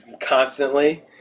constantly